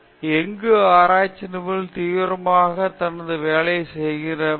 எங்கு ஆராய்ச்சி நிபுணர் தீவிரமாக தனது வேலையைச் செய்ய வேண்டும்